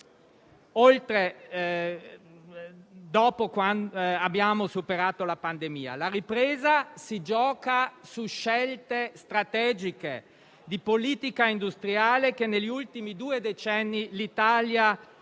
essenziale una volta superata la pandemia. La ripresa si gioca su scelte strategiche di politica industriale, che negli ultimi due decenni l'Italia